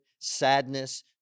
sadness